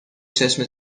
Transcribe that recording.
چشم